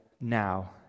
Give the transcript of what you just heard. now